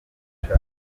akica